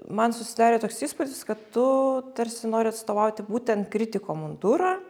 man susidarė toks įspūdis kad tu tarsi nori atstovauti būtent kritiko mundurą